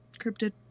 cryptid